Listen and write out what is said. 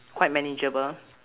quite manageable